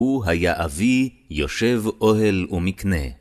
הוא היה אבי, יושב אוהל ומקנה.